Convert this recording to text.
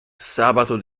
sabato